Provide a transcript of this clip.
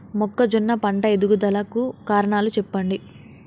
మొక్కజొన్న పంట ఎదుగుదల కు కారణాలు చెప్పండి?